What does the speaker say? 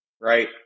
right